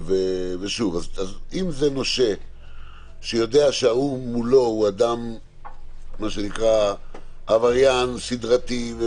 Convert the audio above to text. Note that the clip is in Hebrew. אם זה נושה שיודע שזה שנמצא מולו הוא אדם שהוא עבריין סדרתי,